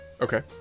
Okay